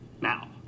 Now